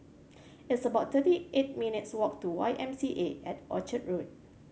it's about thirty eight minutes' walk to Y M C A at at Orchard Road